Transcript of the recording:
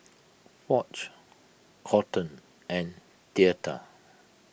Foch Colton and theta